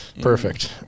perfect